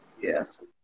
Yes